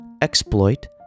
exploit